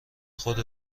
خود